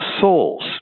souls